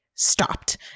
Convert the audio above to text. Stopped